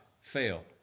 fail